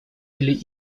или